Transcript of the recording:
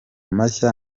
mashya